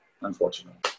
unfortunately